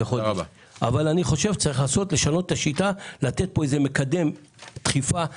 אבל אני חושב שצריך לשנות את השיטה ולתת דחיפה אמיתית,